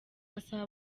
asaba